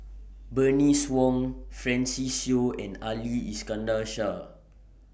Bernice Wong Francis Seow and Ali Iskandar Shah